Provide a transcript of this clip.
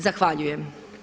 Zahvaljujem.